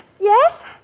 Yes